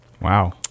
Wow